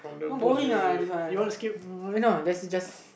no bowling uh this one no wait no as in just